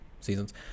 seasons